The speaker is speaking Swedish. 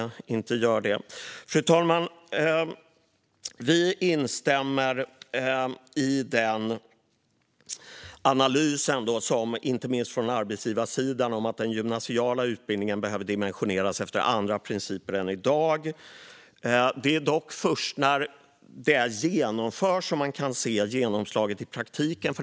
Liberalerna instämmer i analysen från arbetsgivarsidan att den gymnasiala utbildningen behöver dimensioneras efter andra principer än i dag. Det är dock först när det genomförs som man kan se genomslaget i praktiken.